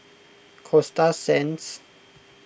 Coasta Sands